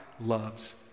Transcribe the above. loves